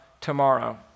tomorrow